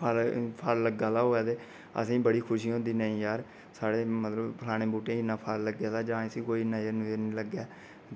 फल लग्गा दा होऐ ते असें ई बड़ी खुशी होंदी नेंई यार साढ़े मतलब फलाने बूहटे ई इन्ना फल लग्गे दा जां इसी कोई नजर नुजर नेईं लग्गै